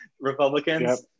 Republicans